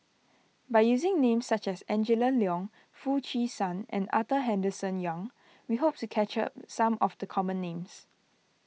by using names such as Angela Liong Foo Chee San and Arthur Henderson Young we hope to capture some of the common names